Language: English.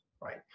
right